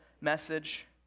message